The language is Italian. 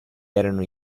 erano